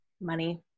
money